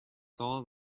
saw